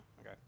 okay